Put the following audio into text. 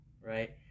right